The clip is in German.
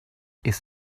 ist